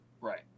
Right